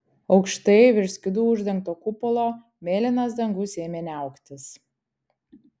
aukštai virš skydu uždengto kupolo mėlynas dangus ėmė niauktis